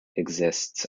exists